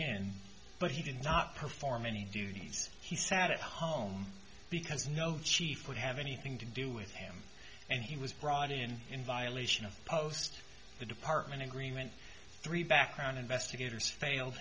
in but he did not perform any duties he sat at home because no chief would have anything to do with him and he was brought in in violation of the post the department agreement three background investigators failed